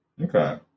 Okay